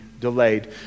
delayed